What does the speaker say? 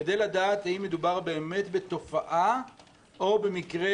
כדי לדעת האם מדובר באמת בתופעה או במקרה